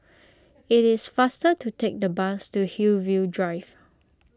it is faster to take the bus to Hillview Drive